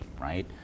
right